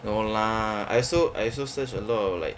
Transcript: no lah I also I also search a lot of like